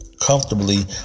comfortably